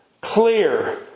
clear